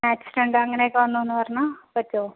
accident അങ്ങനെയൊക്കെ വന്നുവെന്ന് പറഞ്ഞാൽ പറ്റുമോ